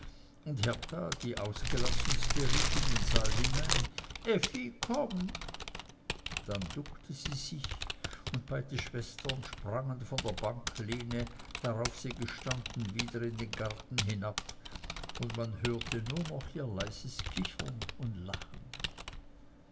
die ausgelassenste rief in den saal hinein effi komm dann duckte sie sich und beide schwestern sprangen von der banklehne darauf sie gestanden wieder in den garten hinab und man hörte nur noch ihr leises kichern und lachen